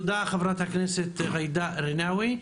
תודה חברת הכנסת זועבי.